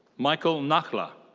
michael nakhla.